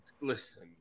listen